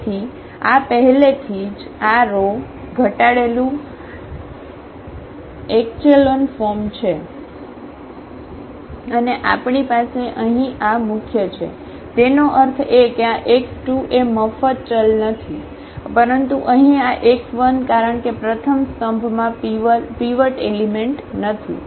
તેથી આ પહેલેથી જ આ રો ઘટાડેલું એક્ચેલોન ફોર્મ છે અને આપણી પાસે અહીં આ મુખ્ય છે તેનો અર્થ એ કે આ x2 એ મફત ચલ નથી પરંતુ અહીં આ x1 કારણ કે પ્રથમ સ્તંભમાં પીવટ એલિમેન્ટ નથી